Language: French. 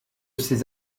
ces